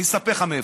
אני אספר לך מאיפה.